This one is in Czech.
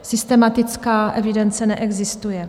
Systematická evidence neexistuje.